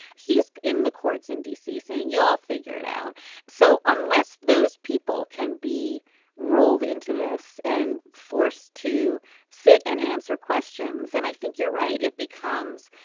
he's in the courts in d c. saying you'll figure it out so unless those people can be rolled into this and forced to sit and answer questions then and i think you're right it becomes.